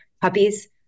puppies